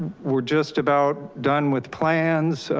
we're just about done with plans.